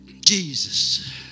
Jesus